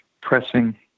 pressing